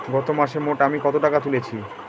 গত মাসে মোট আমি কত টাকা তুলেছি?